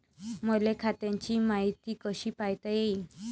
मले खात्याची मायती कशी पायता येईन?